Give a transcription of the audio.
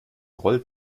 rollt